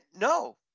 No